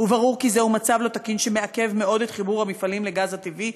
וברור כי זהו מצב לא תקין שמעכב מאוד את חיבור המפעלים לגז טבעי.